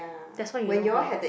that's why you know her